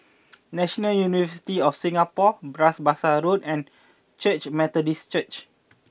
National University of Singapore Bras Basah Road and Christ Methodist Church